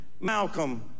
Malcolm